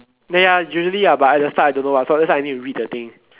then ya usually ah but at the start I don't know [what] so that's why I need to read the thing